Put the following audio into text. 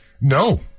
No